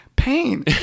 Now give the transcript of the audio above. pain